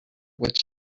which